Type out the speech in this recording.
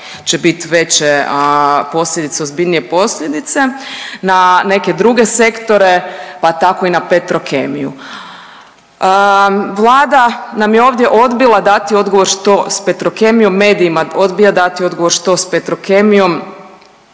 će bit veće posljedice ozbiljnije posljedice na neke druge sektore, pa tako i na Petrokemiju. Vlada nam je ovdje odbila dati odgovor što s Petrokemijom, medijima odbija dati odgovor što s Petrokemijom,